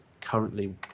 currently